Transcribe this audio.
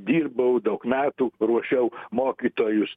dirbau daug metų ruošiau mokytojus